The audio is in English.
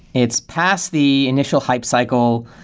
it's past the initial hype cycle.